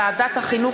בוועדת החינוך,